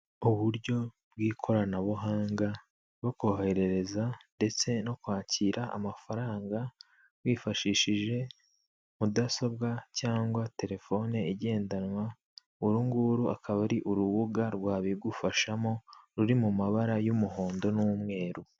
Uburyo bw'ikoranabuhanga bwo koherereza ndetse no kwakira amafaranga, wifashishije mudasobwa cyangwa telefone igendanwa, uru nguru akaba ari urubuga rwabigufashamo ruri mu mabara y'umuhondo n'umweru.